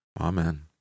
Amen